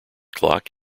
clock